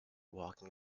walking